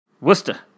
Worcester